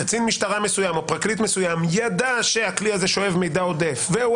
קצין משטרה מסוים או פרקליט מסוים ידע שהכלי הזה שואב מידע עודף והוא